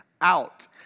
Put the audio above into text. out